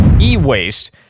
e-waste